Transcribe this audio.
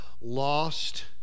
lost